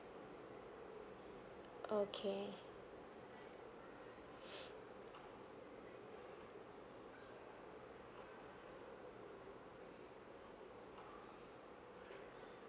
okay